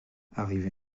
arrivé